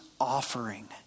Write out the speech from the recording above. offering